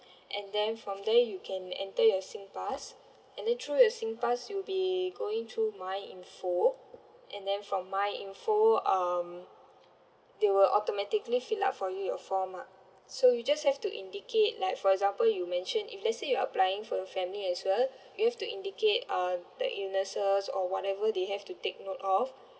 and then from there you can enter your singpass and then through your singpass you'll be going to myinfo and then from myinfo um they will automatically fill up for you your form ah so you just have to indicate like for example you mention if let's say you're applying for your family as well you have to indicate uh the illnesses or whatever they have to take note of